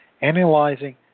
Analyzing